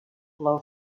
blow